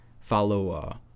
follow